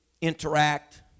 interact